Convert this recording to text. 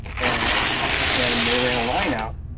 and and they ran a line out.